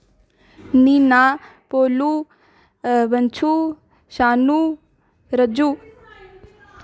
मीना भोलू वंशु शानू रज्जु